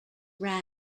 rise